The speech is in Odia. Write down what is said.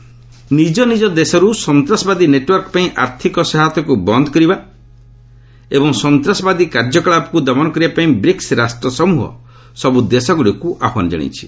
ବ୍ରିକ୍ସ ଟେରୋରିଜିମ ନିଜ ନିଜ ଦେଶରୁ ସନ୍ତାସବାଦୀ ନେଟୱାର୍କ ପାଇଁ ଆର୍ଥକ ସହାୟତାକୁ ବନ୍ଦ କରିବା ଏବଂ ସନ୍ତ୍ରାସବାଦୀ କାର୍ଯ୍ୟକଳାପକୁ ଦମନ କରିବା ପାଇଁ ବ୍ରିକ୍ସ ରାଷ୍ଟ୍ରସମୂହ ସବୁ ଦେଶଗୁଡ଼ିକୁ ଆହ୍ୱାନ ଜଣାଇଛି